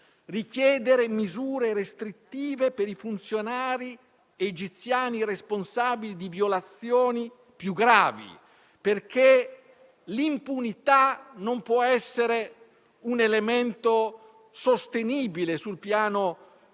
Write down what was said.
richiedere misure restrittive per i funzionari egiziani responsabili di violazioni più gravi, perché l'impunità non può essere un elemento sostenibile sul piano